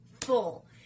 full